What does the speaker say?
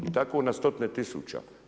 I tako na stotine tisuća.